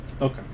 Okay